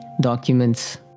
documents